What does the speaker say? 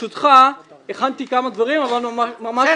ברשותך, הכנתי כמה דברים אבל אני אומר בקצרה.